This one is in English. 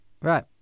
Right